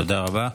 תודה רבה.